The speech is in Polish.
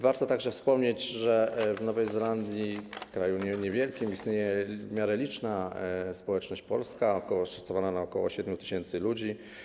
Warto także wspomnieć, że w Nowej Zelandii, w kraju niewielkim, istnieje w miarę liczna społeczność polska, szacowana na ok. 7 tys. ludzi.